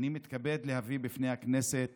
אני מתכוון להביא בפני הכנסת